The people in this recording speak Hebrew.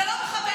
זה לא מכבד.